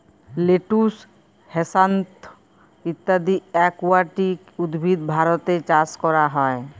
lettuce, hyacinth ইত্যদি aquatic উদ্ভিদ ভারতে চাস ক্যরা হ্যয়ে